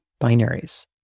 binaries